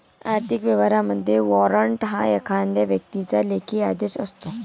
आर्थिक व्यवहारांमध्ये, वॉरंट हा एखाद्या व्यक्तीचा लेखी आदेश असतो